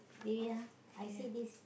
ya I see this